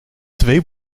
twee